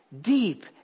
deep